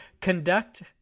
conduct